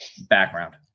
background